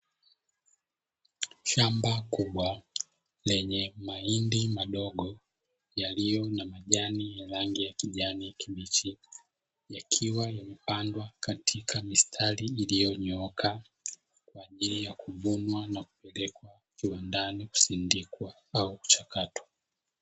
Shamba kubwa lenye mahindi madogo yaliyo na majani yenye rangi ya kijani kibichi, yakiwa yamepandwa katika mistari iliyonyooka kwa ajili ya kuvunwa na kupelekwa kiwandani kusindikwa au kuchakatwa.